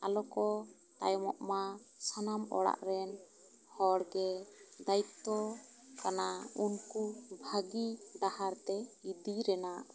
ᱟᱞᱚ ᱠᱚ ᱛᱟᱭᱚᱢᱚᱜ ᱢᱟ ᱥᱟᱱᱟᱢ ᱚᱲᱟᱜ ᱨᱮᱱ ᱦᱚᱲ ᱜᱮ ᱫᱟᱣᱤᱛᱛᱚ ᱠᱟᱱᱟ ᱩᱱᱠᱩ ᱵᱷᱟᱹᱜᱤ ᱰᱟᱦᱟᱨ ᱛᱮ ᱤᱫᱤ ᱨᱮᱱᱟᱜ